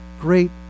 Great